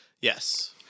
Yes